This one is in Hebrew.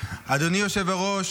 אדוני היושב-ראש,